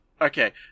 Okay